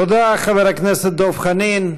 תודה לחבר הכנסת דב חנין.